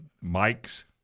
Mike's